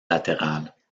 latérales